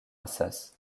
assas